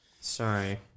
Sorry